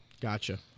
Gotcha